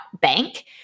bank